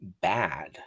bad